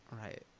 Right